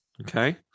Okay